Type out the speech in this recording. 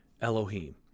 Elohim